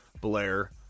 Blair